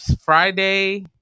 Friday